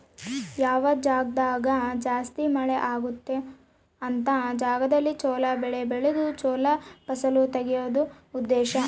ಯಾವ ಜಾಗ್ದಾಗ ಜಾಸ್ತಿ ಮಳೆ ಅಗುತ್ತೊ ಅಂತ ಜಾಗದಲ್ಲಿ ಚೊಲೊ ಬೆಳೆ ಬೆಳ್ದು ಚೊಲೊ ಫಸಲು ತೆಗಿಯೋದು ಉದ್ದೇಶ